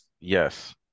yes